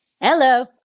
Hello